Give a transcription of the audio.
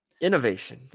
innovation